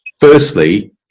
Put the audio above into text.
firstly